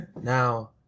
Now